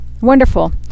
wonderful